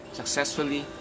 successfully